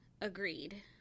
Agreed